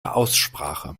aussprache